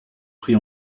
pris